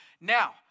Now